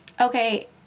Okay